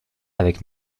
avec